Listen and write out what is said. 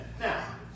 Now